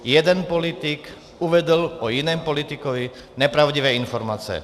Jeden politik uvedl o jiném politikovi nepravdivé informace.